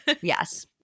Yes